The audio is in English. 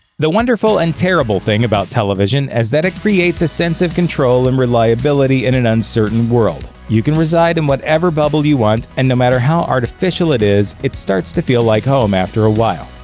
the wonderful and terrible thing about television is that it creates a sense of control and reliability in an uncertain world. you can reside in whatever bubble you want, and no matter how artificial it is, it starts to feel like home after a while.